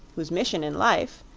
whose mission in life,